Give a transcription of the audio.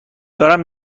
دارم